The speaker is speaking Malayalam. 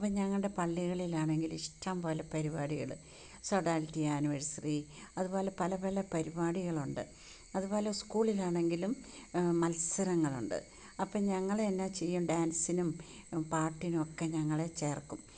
അപ്പം ഞങ്ങളുടെ പള്ളികളിൽ ആണെങ്കിലും ഇഷ്ടംപോലെ പരിപാടികള് സൊഡാൽറ്റി ആനിവേഴ്സറി അതുപോലെ പലപല പരിപാടികളുണ്ട് അതുപോലെ സ്കൂളിലാണെങ്കിലും മത്സരങ്ങളുണ്ട് അപ്പോൾ ഞങ്ങളെന്നാ ചെയ്യും ഡാൻസിനും പാട്ടിനു ഒക്കെ ഞങ്ങളെ ചേർക്കും